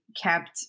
kept